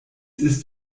ist